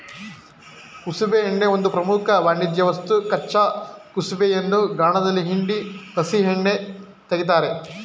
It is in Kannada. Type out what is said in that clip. ಕುಸುಬೆ ಎಣ್ಣೆ ಒಂದು ಪ್ರಮುಖ ವಾಣಿಜ್ಯವಸ್ತು ಕಚ್ಚಾ ಕುಸುಬೆಯನ್ನು ಗಾಣದಲ್ಲಿ ಹಿಂಡಿ ಹಸಿ ಎಣ್ಣೆ ತೆಗಿತಾರೆ